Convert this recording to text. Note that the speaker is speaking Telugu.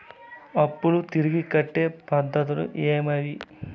అప్పులు తిరిగి కట్టే పద్ధతులు ఏవేవి